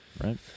right